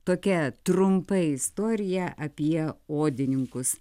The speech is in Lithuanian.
tokia trumpa istorija apie odininkus